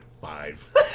five